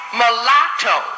mulatto